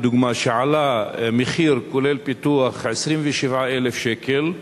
שעלה כולל פיתוח 27,000 שקל,